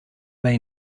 they